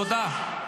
תודה.